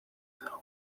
though